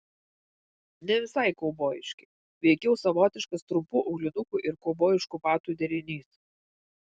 ne visai kaubojiški veikiau savotiškas trumpų aulinukų ir kaubojiškų batų derinys